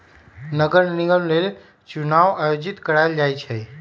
नगर निगम लेल चुनाओ आयोजित करायल जाइ छइ